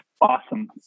awesome